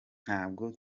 ntabwo